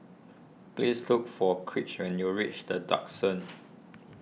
please look for Kraig when you reach the Duxton